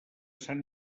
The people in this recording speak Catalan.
sant